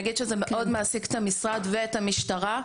אני אגיד שזה מאוד מעסיק את המשרד ואת המשטרה.